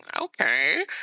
Okay